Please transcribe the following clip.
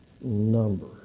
number